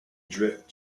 drift